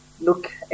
look